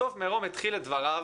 בסוף מירום התחיל את דבריו